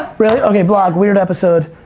really? okay vlog, weird episode.